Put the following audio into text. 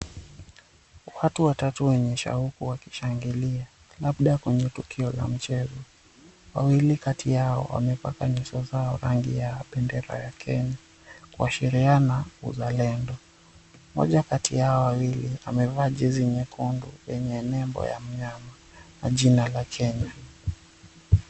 Watu watatu wenye shauku wakishangilia labda kwenye tukio la mchezo. Wawili kati yao wamepaka nyuso zao rangi ya bendera ya Kenya. Kuashiriana uzalendo. Mmoja kati ya hawa wawili amevaa jezi nyekundu yenye nembo ya mnyama na jina la Kenya.